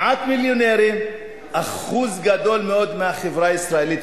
מעט מיליונרים, אחוז גדול מאוד מהחברה הישראלית,